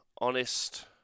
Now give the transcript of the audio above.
Honest